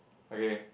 okay